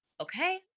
okay